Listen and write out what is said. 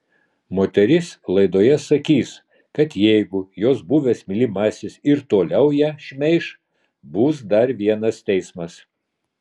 moteris laidoje sakys kad jeigu jos buvęs mylimasis ir toliau ją šmeiš bus dar vienas teismas